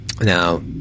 Now